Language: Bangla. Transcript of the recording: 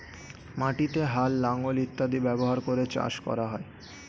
মাটিতে হাল, লাঙল ইত্যাদি ব্যবহার করে চাষ করা হয়